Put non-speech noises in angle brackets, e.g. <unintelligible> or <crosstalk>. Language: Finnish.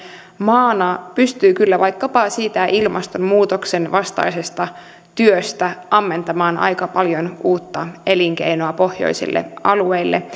maana pystyy kyllä vaikkapa siitä ilmastonmuutoksen vastaisesta työstä ammentamaan aika paljon uutta elinkeinoa pohjoisille alueille <unintelligible>